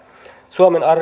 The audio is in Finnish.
suomen